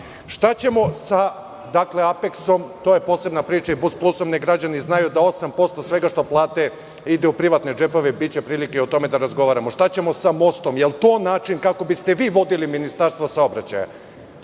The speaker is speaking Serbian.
i BusPlusom, to je posebna priča, neka građani znaju da 8% svega što plate ide u privatne džepove, biće prilike i o tome da razgovaramo. Šta ćemo sa mostom? Da li je to način kako biste vi vodili Ministarstvo saobraćaja.